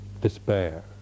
despair